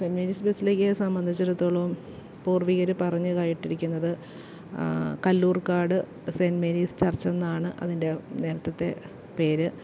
Sen Mary's ബെസിലിക്കയെ സംബന്ധിച്ചെടുത്തോളോം പൂർവ്വികർ പറഞ്ഞ് കേട്ടിരിക്കുന്നത് കല്ലൂർക്കാട് സെൻ മേരീസ് ചർച്ചെന്നാണ് അതിൻ്റെ നേരത്തത്തെ പേര്